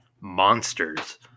monsters